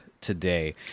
today